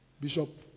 Bishop